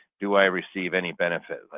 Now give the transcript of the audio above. do i receive any benefit? like